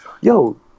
yo